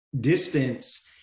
distance